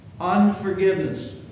Unforgiveness